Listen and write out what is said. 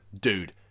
dude